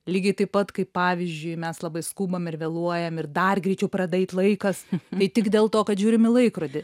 lygiai taip pat kaip pavyzdžiui mes labai skubam ir vėluojam ir dar greičiau pradeda eit laikas tai tik dėl to kad žiūrim į laikrodį